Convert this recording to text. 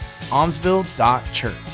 almsville.church